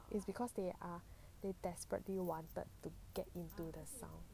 is because they are they desperately wanted to get into the sound